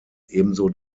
ebenso